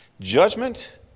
Judgment